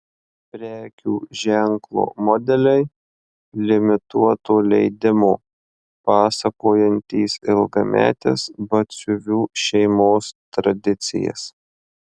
prekių ženklo modeliai limituoto leidimo pasakojantys ilgametes batsiuvių šeimos tradicijas